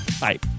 Bye